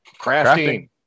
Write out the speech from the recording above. crafting